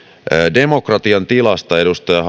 demokratian tilasta edustaja